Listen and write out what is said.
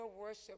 worship